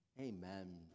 amen